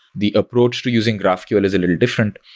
the approach to using graphql is a little different.